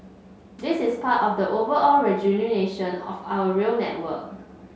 this is part of the overall rejuvenation of our rail network